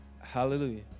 Hallelujah